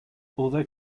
although